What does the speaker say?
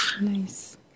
Nice